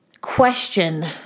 question